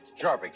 Jarvik